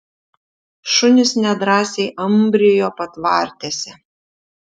šunys nedrąsiai ambrijo patvartėse